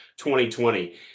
2020